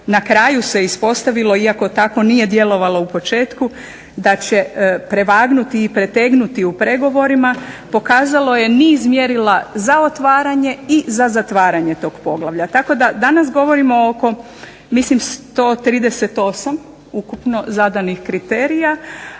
na kraju se ispostavilo, iako tako nije djelovalo u početku, da će prevagnuti i pretegnuti u pregovorima, pokazalo je niz mjerila za otvaranje i za zatvaranje tog poglavlja. Tako da danas govorimo oko mislim 138 ukupno zadanih kriterija,